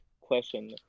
question